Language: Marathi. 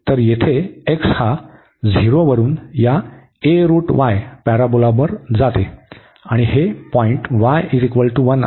तर येथे x हा 0 वरुन या a पॅरोबोला वर जाते आणि हे पॉईंट y 1 आहे